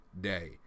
day